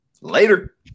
Later